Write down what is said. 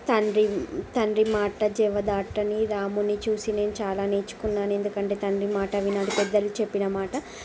తండ్రి తండ్రి మాట జవదాటని రాముని చూసి నేను చాలా నేర్చుకున్నాను ఎందుకంటే తండ్రి మాట వినడు పెద్దలు చెప్పిన మాట